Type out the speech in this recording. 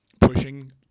pushing